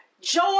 joy